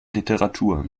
literatur